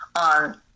on